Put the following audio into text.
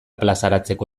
plazaratzeko